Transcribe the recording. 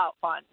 fund